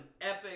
epic